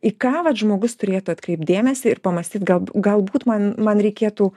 į ką vat žmogus turėtų atkreipt dėmesį ir pamąstyt gal galbūt man man reikėtų